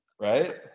right